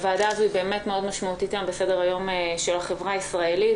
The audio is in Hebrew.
הוועדה הזו היא באמת מאוד משמעותית בסדר היום של החברה הישראלית,